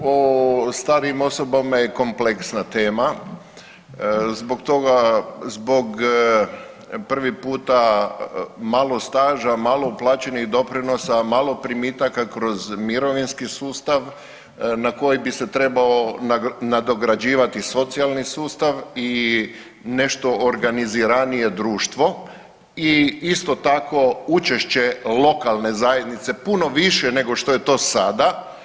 Dakle, skrb o starijim osobama je kompleksna tema zbog prvi puta malo staža, malo uplaćenih doprinosa, malo primitaka kroz mirovinski sustav na koji bi se trebao nadograđivati socijalni sustav i nešto organiziranije društvo i isto tako učešće lokalne zajednice puno više nego što je to sada.